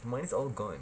money all gone